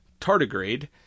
Tardigrade